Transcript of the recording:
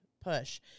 push